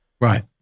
Right